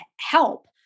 help